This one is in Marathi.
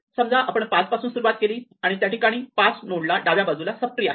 समजा आपण 5 पासून सुरुवात केली आणि त्या ठिकाणी 5 नोड ला डाव्या बाजूला सब ट्री आहे